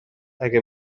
اگه